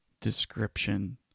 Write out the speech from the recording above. description